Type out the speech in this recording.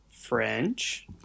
French